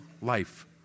life